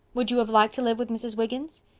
would you have liked to live with mrs. wiggins?